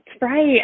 right